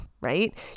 right